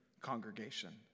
congregation